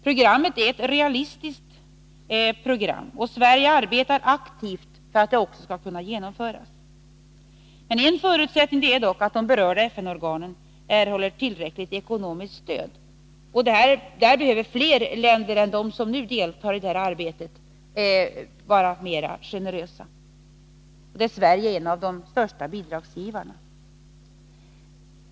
Programmet är ett realistiskt program, och Sverige arbetar aktivt för att det också skall kunna genomföras. En förutsättning är dock att de berörda FN-organen erhåller tillräckligt ekonomiskt stöd. Där behöver fler länder än de som nu deltar i arbetet vara mera generösa. Sverige är en av de största bidragsgivarna.